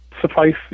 suffice